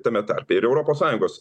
tame tarpe ir europos sąjungos